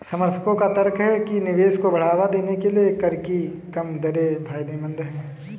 समर्थकों का तर्क है कि निवेश को बढ़ावा देने के लिए कर की कम दरें फायदेमंद हैं